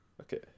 Okay